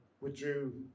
withdrew